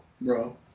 bro